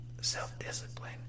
self-discipline